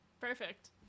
Perfect